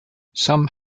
some